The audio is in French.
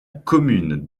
commune